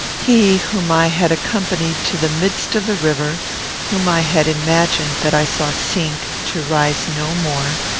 he whom i had accompanied to the midst of the river whom i had imagined that i saw sink to rise no more,